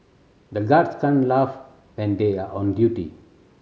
the guards can laugh when they are on duty